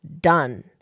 done